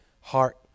heart